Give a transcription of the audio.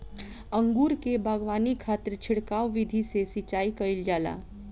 अंगूर के बगावानी खातिर छिड़काव विधि से सिंचाई कईल जाला